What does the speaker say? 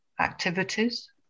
activities